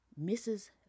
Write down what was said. Mrs